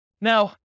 Now